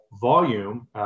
volume